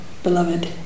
beloved